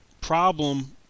problem